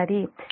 04 p